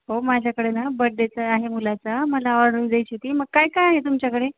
हो माझ्याकडे ना बड्डेचं आहे मुलाचा मला ऑर्डर द्यायची होती मग काय काय आहे तुमच्याकडे